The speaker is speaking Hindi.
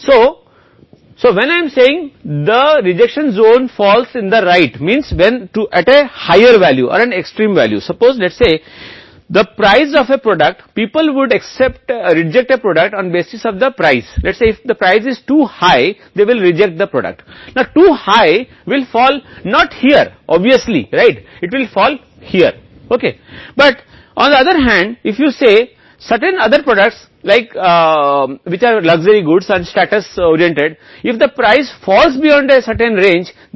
इसलिए जब मैं कह रहा हूं कि अस्वीकृति क्षेत्र सही अर्थ में आता है जब अधिक मूल्य या ए चरम मान यह मान लें कि हम किसी उत्पाद के मूल्य को उत्पाद को अस्वीकार करने के अलावा कीमत के आधारों को मान लें कि यदि मूल्य दो उच्च है तो वे उत्पाद को अस्वीकार कर देंगे अब दो उच्च यहाँ स्पष्ट रूप से नहीं गिरेंगे लेकिन दूसरी ओर अगर कीमत से परे गिर जाता है जैसे अन्य उत्पाद जो लक्जरी सामान और निश्चित सीमा स्थिति उन्मुख हैं